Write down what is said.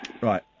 Right